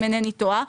אם אינני טועה,